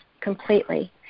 completely